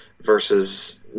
versus